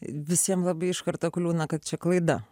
visiems labai iš karto kliūna kad čia klaida